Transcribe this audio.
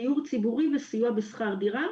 יעוץ ציבורי וסיוע בשכר דירה.